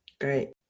great